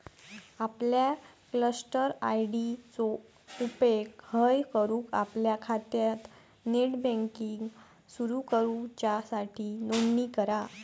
आपल्या cluster ID चो उपेग हय करून आपल्या खात्यात नेट बँकिंग सुरू करूच्यासाठी नोंदणी करा